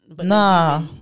nah